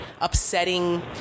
upsetting